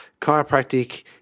chiropractic